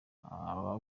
ababa